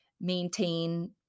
maintain